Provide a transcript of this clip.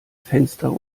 fenster